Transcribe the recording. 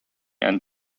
and